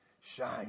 shine